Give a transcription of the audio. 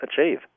achieve